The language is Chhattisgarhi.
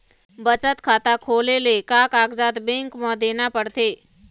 बचत खाता खोले ले का कागजात बैंक म देना पड़थे?